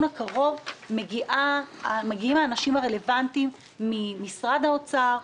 הקרוב מגיעים האנשים הרלוונטיים ממשרד האוצר,